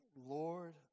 Lord